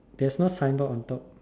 there's no signboard on top